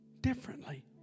differently